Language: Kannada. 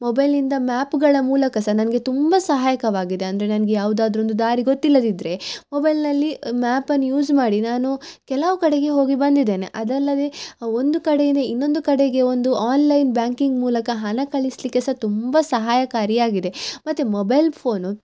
ಮೊಬೈಲ್ನಿಂದ ಮ್ಯಾಪುಗಳ ಮೂಲಕ ಸಹ ನನಗೆ ತುಂಬ ಸಹಾಯಕವಾಗಿದೆ ಅಂದರೆ ನನಗೆ ಯಾವುದಾದರು ಒಂದು ದಾರಿ ಗೊತ್ತಿಲ್ಲದಿದ್ದರೆ ಮೊಬೈಲ್ನಲ್ಲಿ ಮ್ಯಾಪನ್ನು ಯೂಸ್ ಮಾಡಿ ನಾನು ಕೆಲವು ಕಡೆಗೆ ಹೋಗಿ ಬಂದಿದೇನೆ ಅದಲ್ಲದೇ ಒಂದು ಕಡೆಯಿಂದ ಇನ್ನೊಂದು ಕಡೆಗೆ ಒಂದು ಆನ್ಲೈನ್ ಬ್ಯಾಂಕಿಂಗ್ ಮೂಲಕ ಹಣ ಕಳಿಸಲಿಕ್ಕೆ ಸಹ ತುಂಬ ಸಹಾಯಕಾರಿಯಾಗಿದೆ ಮತ್ತು ಮೊಬೈಲ್ ಫೋನು